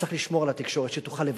צריך לשמור על התקשורת שתוכל לבטא.